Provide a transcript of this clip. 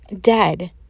dead